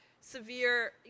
severe